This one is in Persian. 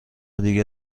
دیگه